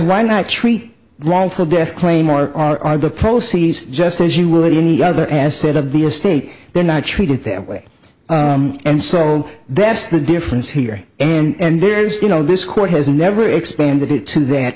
why not treat wrongful death claim or are the proceeds just as you would any other asset of the estate they're not treated that way and so that's the difference here and there is going on this court has never expanded it to that